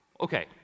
Okay